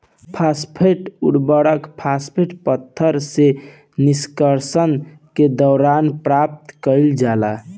phosphate उर्वरक, phosphate पत्थर से निष्कर्षण के द्वारा प्राप्त कईल जाला